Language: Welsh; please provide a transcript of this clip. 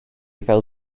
fel